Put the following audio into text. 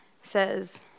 says